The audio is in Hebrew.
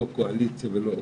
לא קואליציה ולא אופוזיציה.